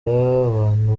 abantu